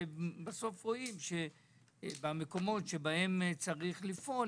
ובסוף רואים שבמקומות שבהם צריך לפעול,